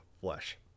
flesh